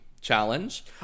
challenge